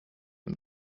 und